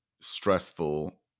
stressful